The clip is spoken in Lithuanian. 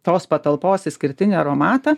tos patalpos išskirtinį aromatą